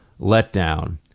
Letdown